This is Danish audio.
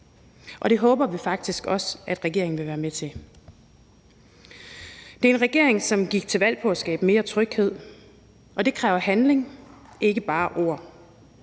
og det håber vi faktisk også at regeringen vil være med til. Det er en regering, som gik til valg på at skabe mere tryghed, og det kræver handling, ikke bare ord.